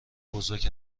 بزرگ